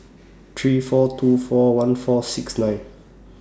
three four two four one four six nine